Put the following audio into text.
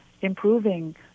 improving